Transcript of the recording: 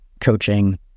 coaching